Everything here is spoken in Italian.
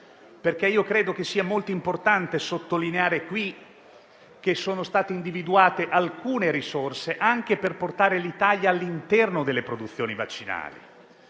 colleghi. Credo che sia molto importante sottolineare qui che sono state individuate alcune risorse anche per portare l'Italia all'interno delle produzioni vaccinali.